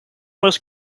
most